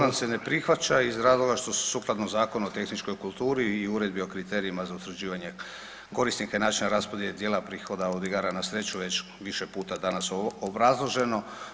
Amandman se ne prihvaća iz razloga što sukladno Zakonu o tehničkoj kulturi u Uredbi o kriterijima za utvrđivanje korisnika i načina raspodjela prihoda od igara na sreću već više puta danas obrazloženo.